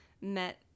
met